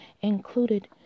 included